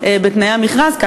הוא חלק מתנאי המכרז?